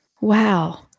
wow